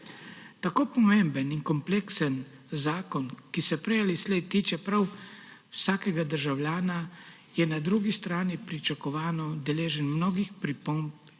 Tako pomemben kompleksen zakon, ki se prej ali slej tiče prav vsakega državljana, je na drugi strani pričakovano deležen mnogih pripomb